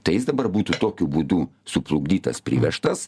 tai jis dabar būtų tokiu būdų suplukdytas privežtas